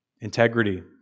Integrity